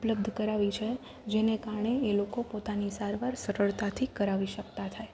ઉપલબ્ધ કરાવી છે જેને કારણે એ લોકો પોતાની સારવાર સરળતાથી કરાવી શકતા થાય